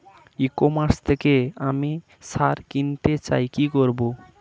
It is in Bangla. ই কমার্স থেকে আমি সার কিনতে চাই কি করব?